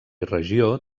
regió